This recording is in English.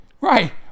Right